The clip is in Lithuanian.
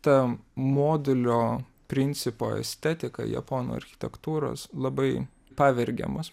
ta modulio principo estetika japonų architektūros labai pavergiamos